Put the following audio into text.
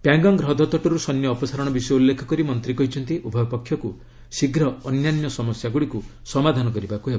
ପ୍ୟାଙ୍ଗଙ୍ଗ ହ୍ରଦ ତଟରୁ ସୈନ୍ୟ ଅପସାରଣ ବିଷୟ ଉଲ୍ଲେଖ କରି ମନ୍ତ୍ରୀ କହିଛନ୍ତି ଉଭୟ ପକ୍ଷକୁ ଶୀଘ୍ର ଅନ୍ୟାନ୍ୟ ସମସ୍ୟାଗୁଡ଼ିକୁ ସମାଧାନ କରିବାକୁ ହେବ